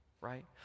right